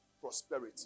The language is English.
prosperity